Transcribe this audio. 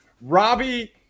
Robbie